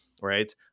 right